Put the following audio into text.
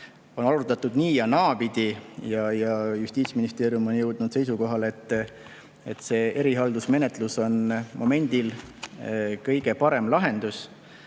on arutatud nii- ja naapidi ja Justiitsministeerium on jõudnud seisukohale, et see erihaldusmenetlus on momendil kõige parem